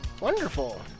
Wonderful